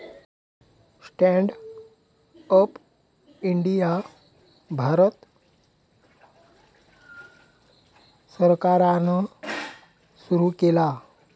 stand up India Bharat सरकारान सुरू केला